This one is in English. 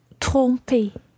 tromper